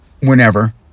whenever